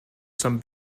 some